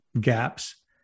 gaps